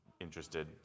interested